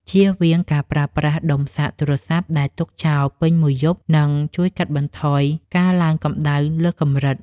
ជៀសវាងការប្រើប្រាស់ដុំសាកទូរស័ព្ទដែលទុកចោលពេញមួយយប់នឹងជួយកាត់បន្ថយការឡើងកម្តៅលើសកម្រិត។